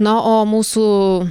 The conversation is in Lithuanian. na o mūsų